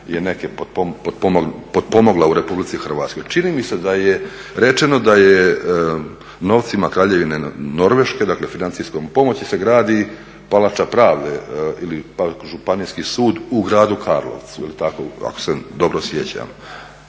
Norveška potpomogla u RH. Čini mi se da je rečeno da je novcima Kraljevine Norveške, dakle financijskom pomoći se gradi Palača pravde ili Županijski sud u gradu Karlovcu jel' tako ako se dobro sjećam?